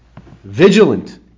vigilant